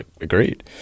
Agreed